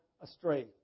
astray